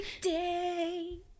Day